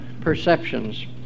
perceptions